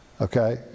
okay